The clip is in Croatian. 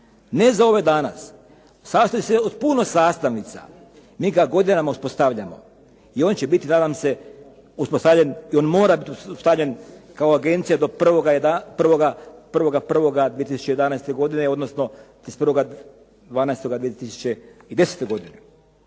Ne za ove danas. Sastoji se od puno sastavnica. Mi ga godinama uspostavljamo i on će biti nadam se uspostavljen i on mora biti uspostavljen kao agencija do 1.1.2011. godine, odnosno 31.12.2010. godine.